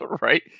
Right